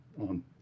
on